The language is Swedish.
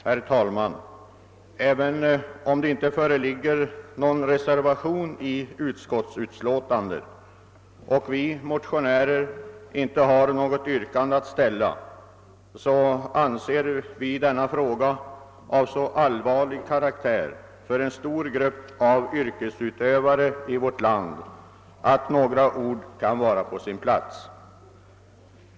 Herr talman! Trots att det inte har fogats någon reservation till andra lagutskottets förevarande utlåtande, och även om vi motionärer inte har något yrkande att ställa, anser vi att det gäller en fråga av så allvarlig karaktär för en stor grupp yrkesutövare här i landet att några ord i ärendet kan vara på sin plats.